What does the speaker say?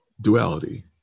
duality